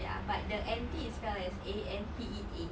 ya but the anti is spelled as A N T E A